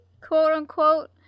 quote-unquote